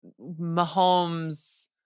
Mahomes